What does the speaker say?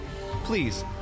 please